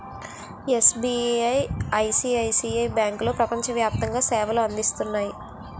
SBI, ICICI బ్యాంకులో ప్రపంచ వ్యాప్తంగా సేవలు అందిస్తున్నాయి